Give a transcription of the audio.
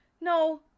No